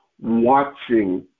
watching